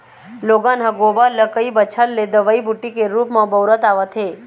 लोगन ह गोबर ल कई बच्छर ले दवई बूटी के रुप म बउरत आवत हे